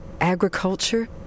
agriculture